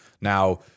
Now